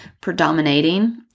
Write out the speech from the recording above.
predominating